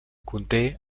conté